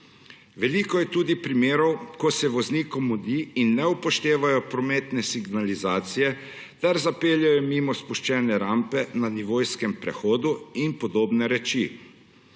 Veliko je tudi primerov, ko se voznikom mudi in ne upoštevajo prometne signalizacije ter zapeljejo mimo spuščene rampe na nivojskem prehodu in podobne reči.